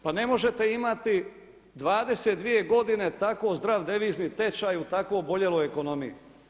Pa ne možete imati 22 godine tako zdrav devizni tečaj u tako oboljeloj ekonomiji.